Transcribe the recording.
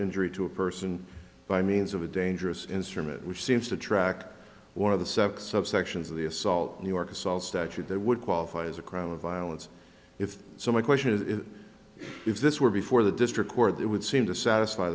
injury to a person by means of a dangerous instrument which seems to track one of the sets subsections of the assault new york assault statute that would qualify as a crime of violence if so my question is if this were before the district court it would seem to satisfy